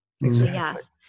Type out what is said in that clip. Yes